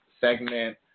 segment